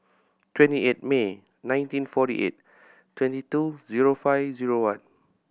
twenty eight May nineteen forty eight twenty two zero five zero one